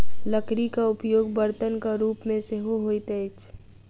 लकड़ीक उपयोग बर्तनक रूप मे सेहो होइत अछि